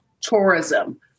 Tourism